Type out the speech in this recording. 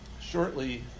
shortly